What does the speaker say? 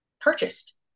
purchased